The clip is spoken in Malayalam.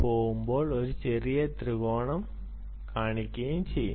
പോകുമ്പോൾ ഒരു ചെറിയ ത്രികോണം കാണിക്കുകയും ചെയ്യും